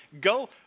Go